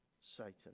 Satan